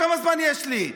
כמה זמן יש לי?